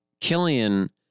Killian